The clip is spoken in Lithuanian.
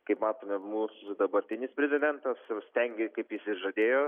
kaip matome mūsų dabartinis prezidentas jau stengia kaip jis ir žadėjo